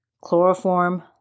chloroform